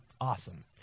awesome